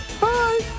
Bye